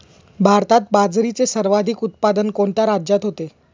भारतात बाजरीचे सर्वाधिक उत्पादन कोणत्या राज्यात होते?